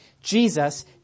jesus